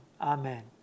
amen